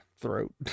throat